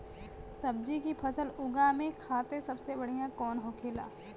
सब्जी की फसल उगा में खाते सबसे बढ़ियां कौन होखेला?